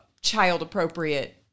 child-appropriate